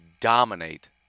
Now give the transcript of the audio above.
dominate